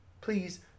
please